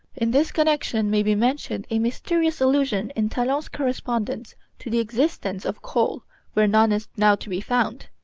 in this connection may be mentioned a mysterious allusion in talon's correspondence to the existence of coal where none is now to be found.